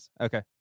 Okay